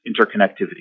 interconnectivity